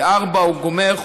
ב-16:00 הוא גומר,